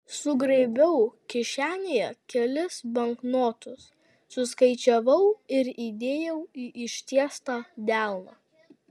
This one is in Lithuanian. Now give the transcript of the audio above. sugraibiau kišenėje kelis banknotus suskaičiavau ir įdėjau į ištiestą delną